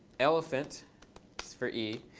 elephant for e,